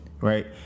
right